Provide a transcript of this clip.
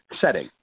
setting